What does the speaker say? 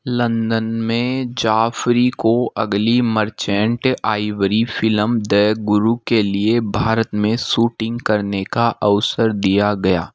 London में जाफ़री को अगली Merchant Ivory film the Guru के लिए भारत में शूटिंग करने का अवसर दिया गया